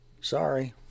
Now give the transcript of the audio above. Sorry